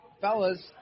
Fellas